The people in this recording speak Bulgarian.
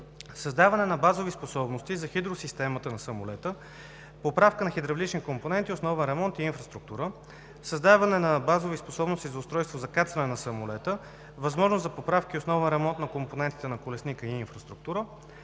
създаване на базови способности за хидросистемата на самолета – поправка на хидравлични компоненти, основен ремонт и инфраструктура; - създаване на базови способности за устройството за кацане на самолета – възможност за поправка и основен ремонт на компонентите на колесника и инфраструктура;